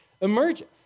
emerges